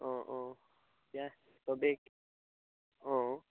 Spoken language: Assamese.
অঁ অঁ এতিয়া চবেই অঁ